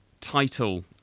title